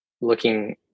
looking